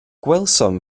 gwelsom